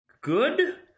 good